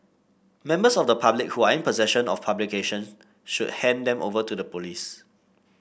members of the public who are in possession of publication should hand them over to the police